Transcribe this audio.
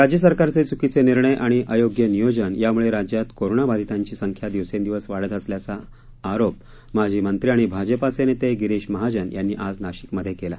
राज्य सरकारचे चुकीचे निर्णय आणि अयोग्य नियोजन यामुळे राज्यात कोरोना बधितांची संख्या दिवसेंदिवस वाढत असल्याचा आरोप माजी मंत्री आणि भाजपाचे नेते गिरीश महाजन यांनी आज नाशिकमध्ये केला